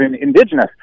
indigenous